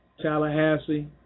Tallahassee